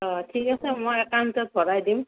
অ' ঠিক আছে মই একাউণ্টত ভৰাই দিম